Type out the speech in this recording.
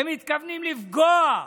הם מתכוונים לפגוע.